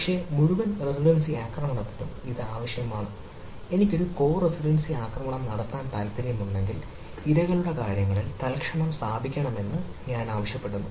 പക്ഷേ മുഴുവൻ റെസിഡൻസി ആക്രമണം നടത്താൻ താൽപ്പര്യമുണ്ടെങ്കിൽ ഇരകളുടെ കാര്യങ്ങളിൽ തൽക്ഷണം സ്ഥാപിക്കണമെന്ന് ഞാൻ ആവശ്യപ്പെടുന്നു